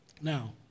Now